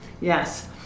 yes